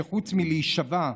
שחוץ מלהישבע,